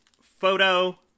photo